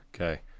okay